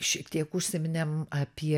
šiek tiek užsiminėm apie